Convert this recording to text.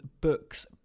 Books